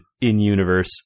in-universe